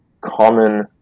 common